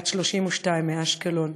בת 32, מאשקלון,